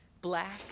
black